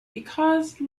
because